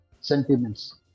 sentiments